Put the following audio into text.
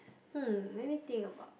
hmm let me think about